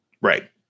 Right